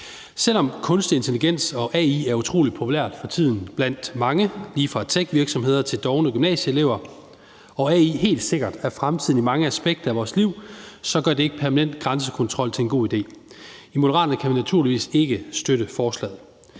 Selv om kunstig intelligens, altså AI, er utrolig populært for tiden blandt mange – lige fra techvirksomheder til dovne gymnasieelever – og AI helt sikkert er fremtiden i mange aspekter af vores liv, gør det ikke permanent grænsekontrol til en god idé. I Moderaterne kan vi naturligvis ikke støtte forslaget.